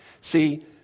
See